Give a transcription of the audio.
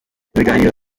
biganiro